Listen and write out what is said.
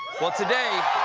well today,